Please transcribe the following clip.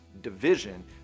division